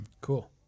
Cool